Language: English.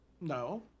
No